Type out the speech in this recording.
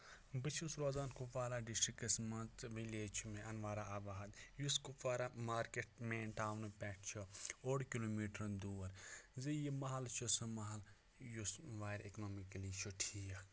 بہٕ چھُس روزان کُپوارہ ڈِسٹرکَس منٛز وِلیج چھُ مےٚ اَنوارا آباد یُس کُپوارہ مارکیٹ مین ٹاونہٕ پٮ۪ٹھ چھُ اوٚڑ کِلوٗ میٖٹرَن دوٗر زِ یہِ محلہٕ چھُ سُہ محل یُس وارِ اِکنامِکٔلی چھُ ٹھیٖک